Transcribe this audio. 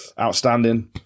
outstanding